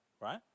right